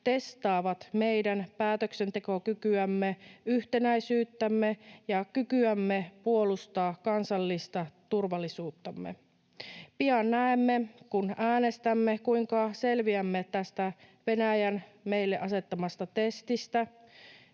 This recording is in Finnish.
testaavat meidän päätöksentekokykyämme, yhtenäisyyttämme ja kykyämme puolustaa kansallista turvallisuuttamme. Pian näemme, kun äänestämme, kuinka selviämme tästä Venäjän meille asettamasta testistä: